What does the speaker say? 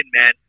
man